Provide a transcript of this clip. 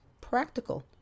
practical